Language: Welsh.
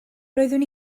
roeddwn